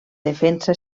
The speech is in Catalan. defensa